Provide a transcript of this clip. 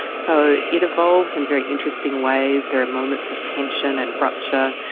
so it evolves in very interesting ways. there are moments of tension and rupture,